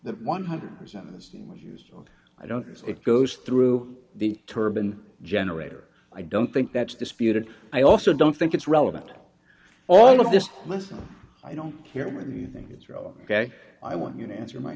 that one hundred percent of this was used so i don't know if it goes through the turban generator i don't think that's disputed i also don't think it's relevant all of this listen i don't care whether you think it's wrong ok i want you to answer my